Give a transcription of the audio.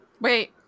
Wait